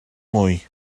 mwy